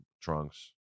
trunks